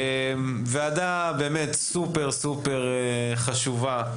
זו ועדה באמת סופר סופר חשובה.